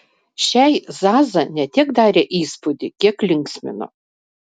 šiai zaza ne tiek darė įspūdį kiek linksmino